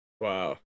Wow